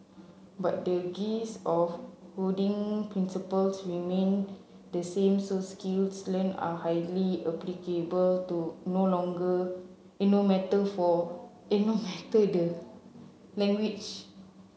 but the of coding principles remained the same so skills learnt are highly applicable do no longer in no matter for in no matter the language